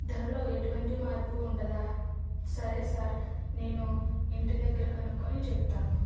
ధరలో ఎటువంటి మార్పు ఉండదా సరే సార్ నేను ఇంటిదగ్గర కనుక్కోని చెప్తాను